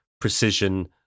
precision